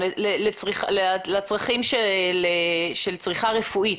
לצרכים של צריכה רפואית.